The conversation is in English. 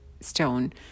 Stone